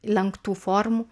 lenktų formų